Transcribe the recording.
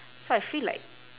so I feel like